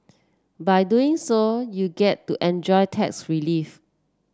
by doing so you get to enjoy tax relief